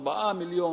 4 מיליון,